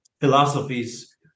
philosophies